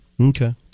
Okay